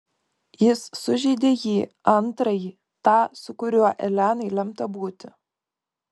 jis sužeidė jį antrąjį tą su kuriuo elenai lemta būti